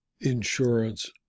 insurance